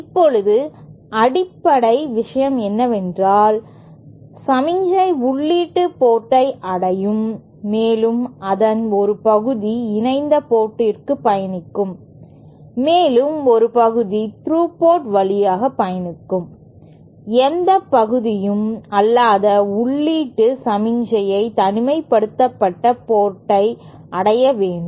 இப்போது அடிப்படை விஷயம் என்னவென்றால் சமிக்ஞை உள்ளீட்டு போர்ட்டை அடையும் மேலும் அதன் ஒரு பகுதி இணைந்த போர்ட்க்கு பயணிக்கும் மேலும் ஒரு பகுதி த்ரூ போர்ட் வழியாக பயணிக்கும் எந்த பகுதியும் அல்லாத உள்ளீட்டு சமிக்ஞை தனிமைப்படுத்தப்பட்ட போர்டை அடைய வேண்டும்